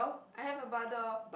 I have a brother